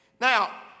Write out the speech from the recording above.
Now